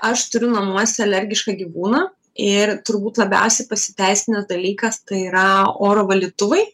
aš turiu namuose alergišką gyvūną ir turbūt labiausiai pasiteisinęs dalykas tai yra oro valytuvai